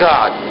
God